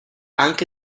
anche